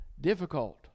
difficult